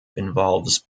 involves